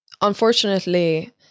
Unfortunately